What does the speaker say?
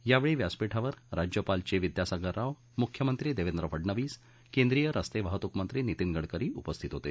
यावेळी व्यासपीठावर राज्यपाल चे विद्यासागर राव मुख्यमंत्री देवेंद्र फडणवीस केंद्रीय रस्ते वाहतूक मंत्री नितीन गडकरी आदि उपस्थित होते